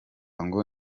ngo